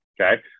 Okay